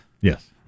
Yes